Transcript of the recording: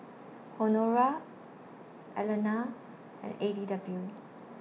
Honora Alannah and A D W